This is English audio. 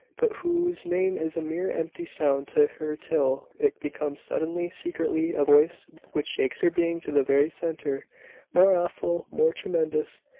but whose name is a mere empty sound to her till it becomes, suddenly, secretly, a voice which shakes her being to the very centre more awful, more tremendous,